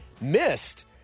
missed